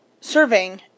serving